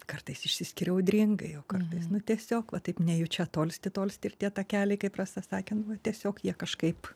kartais išsiskiria audringai o kartais tiesiog va taip nejučia tolsti tolsti ir tie takeliai kaip rasa sakė tiesiog jie kažkaip